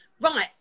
Right